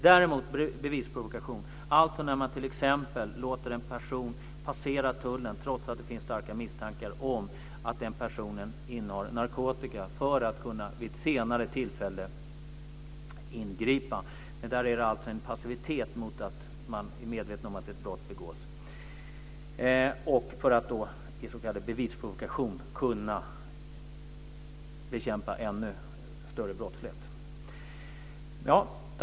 Däremot finns det bevisprovokation, t.ex. när man låter en person passera tullen trots att det finns starka misstankar om att den personen innehar narkotika, för att vid ett senare tillfälle ingripa. Där är det fråga om en passivitet i medvetande om att ett brott begås för att med s.k. bevisprovokation kunna bekämpa ännu större brottslighet.